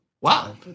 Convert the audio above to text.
wow